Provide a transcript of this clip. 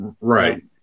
Right